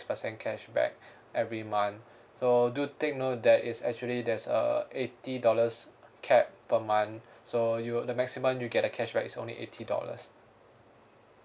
percent cashback every month so do take note that is actually there's a eighty dollars cap per month so you the maximum you get the cashback is only eighty dollars